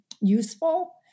useful